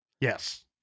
Yes